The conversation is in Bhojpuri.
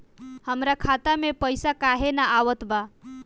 हमरा खाता में पइसा काहे ना आवत बा?